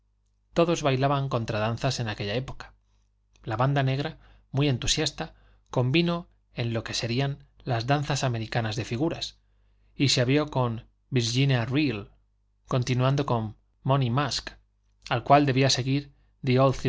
todos bailaban contradanzas en aquella época la banda negra muy entusiasta convino en lo que serían las danzas americanas de figuras y se abrió con virginia reel continuando con money musk al cual debía seguir